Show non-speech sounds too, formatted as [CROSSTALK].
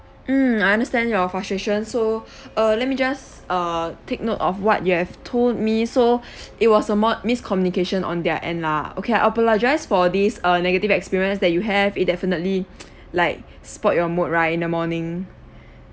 mm I understand your frustration so [BREATH] uh let me just err take note of what you have told me so [BREATH] it was a mod~ miscommunication on their end lah okay I apologise for this uh negative experience that you have it definitely [NOISE] like spoiled your mood right in the morning